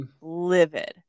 livid